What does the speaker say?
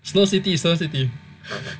snow city snow city